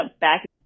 back